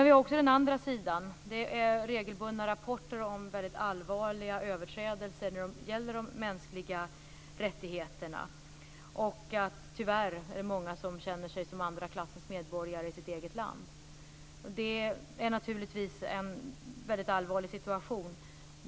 Vi har också den andra sidan. Det är regelbundna rapporter om väldigt allvarliga överträdelser när det gäller de mänskliga rättigheterna och om att många tyvärr känner sig som andra klassens medborgare i sitt eget land. Det är naturligtvis en väldigt allvarlig situation.